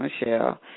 Michelle